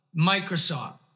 Microsoft